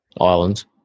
islands